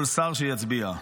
כל שר שיצביע,